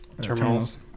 Terminals